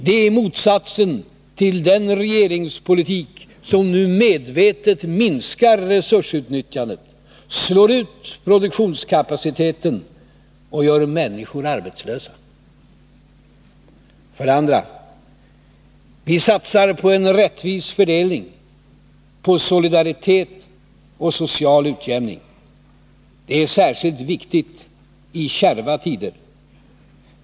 Det är motsatsen till den regeringspolitik som nu medvetet minskar resursutnyttjandet, slår ut produktionskapaciteten och gör människor arbetslösa. För det andra: Vi satsar på en rättvis fördelning, på solidaritet och social utjämning. Det är särskilt viktigt i kärva tider.